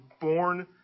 born